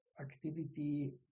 activity